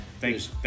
thanks